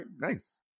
nice